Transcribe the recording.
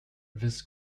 this